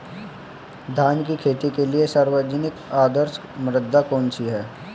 धान की खेती के लिए सर्वाधिक आदर्श मृदा कौन सी है?